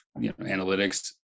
analytics